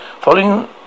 following